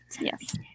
Yes